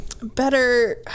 Better